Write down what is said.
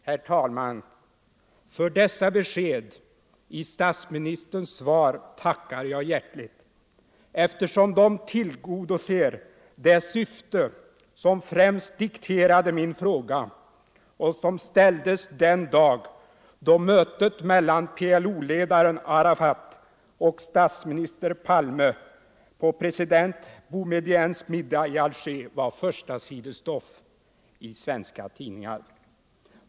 Herr talman! För dessa besked i statsministerns svar tackar jag hjärtligt, eftersom de tillgodoser det syfte som främst dikterade min fråga, som ställdes den dag då mötet mellan PLO-ledaren Arafat och statsminister Palme på president Boumédiennes middag i Alger var förstasidesstoff i svenska tidningar.